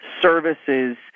services